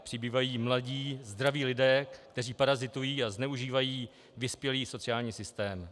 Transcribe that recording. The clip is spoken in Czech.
Přibývají mladí zdraví lidé, kteří parazitují a zneužívají vyspělý sociální systém.